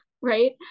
right